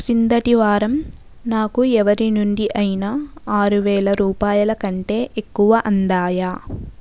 క్రిందటి వారం నాకు ఎవరి నుండి అయినా ఆరువేల రూపాయల కంటే ఎక్కువ అందాయా